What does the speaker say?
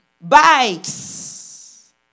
Bikes